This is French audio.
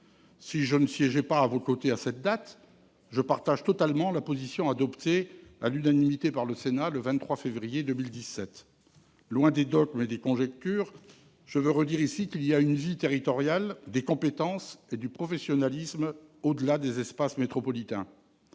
Si je ne siégeais pas à vos côtés à cette date, mes chers collègues, je partage néanmoins totalement la position adoptée à l'unanimité par le Sénat le 23 février 2017. Loin des dogmes et des conjectures, je veux répéter dans cet hémicycle qu'il y a une vie territoriale, des compétences et du professionnalisme au-delà des espaces métropolitains.